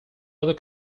other